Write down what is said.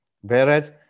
Whereas